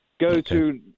go-to